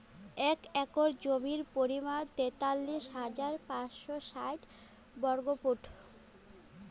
এক একর জমির পরিমাণ তেতাল্লিশ হাজার পাঁচশ ষাইট বর্গফুট